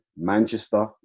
Manchester